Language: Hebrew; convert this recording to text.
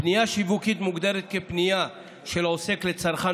פנייה שיווקית מוגדרת כפנייה של עוסק לצרכן